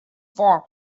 far